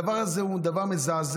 הדבר הזה הוא דבר מזעזע.